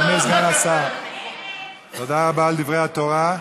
אדוני סגן השר, תודה רבה על דברי התורה.